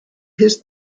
his